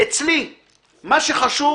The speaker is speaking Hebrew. אצלי מה שחשוב-